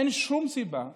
אין שום סיבה שאנשים,